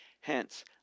Hence